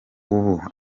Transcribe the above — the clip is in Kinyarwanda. ubu